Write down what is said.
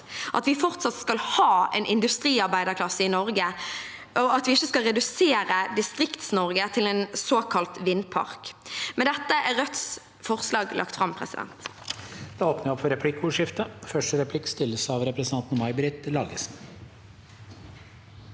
at vi fortsatt skal ha en industriarbeiderklasse i Norge, og at vi ikke skal redusere Distrikts-Norge til en såkalt vindpark. Med dette tar jeg opp forslagene Rødt